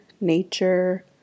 nature